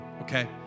okay